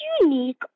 unique